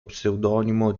pseudonimo